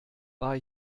war